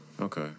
Okay